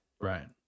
Right